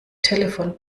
telefon